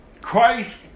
Christ